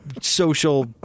social